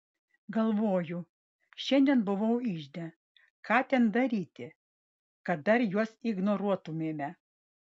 galvoju šiandien buvau ižde ką ten daryti kad dar juos ignoruotumėme